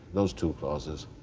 those two clauses.